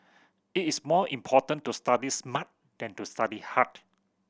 it is more important to study smart than to study hard